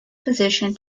position